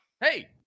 hey